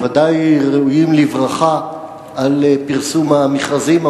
ודאי ראויים לברכה על פרסום המכרזים,